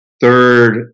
third